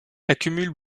accumule